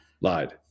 lied